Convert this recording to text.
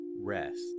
rest